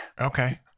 Okay